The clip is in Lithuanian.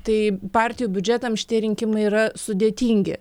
tai partijų biudžetams šitie rinkimai yra sudėtingi